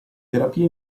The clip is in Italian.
terapia